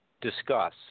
discuss